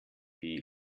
wie